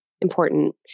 important